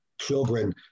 children